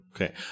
Okay